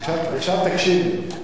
עכשיו תקשיב לי.